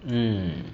mmhmm